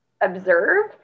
observe